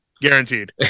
guaranteed